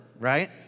right